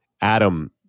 Adam